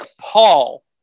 Paul